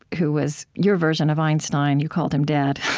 who was your version of einstein. you called him dad.